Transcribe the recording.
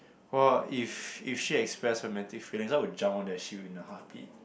well if if she express romantic feelings I'd jump on that shit in a heart beat